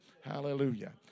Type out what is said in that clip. Hallelujah